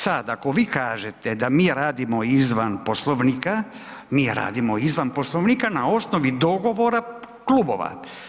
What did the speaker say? Sada ako vi kažete da mi radimo izvan Poslovnika mi radimo izvan Poslovnika na osnovi dogovora klubova.